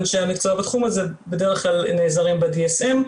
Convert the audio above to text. אנשי המקצוע בתחום הזה בדרך כלל נעזרים ב-DSM,